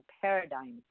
paradigm